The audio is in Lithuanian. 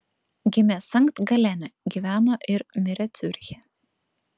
gimė sankt galene gyveno ir mirė ciuriche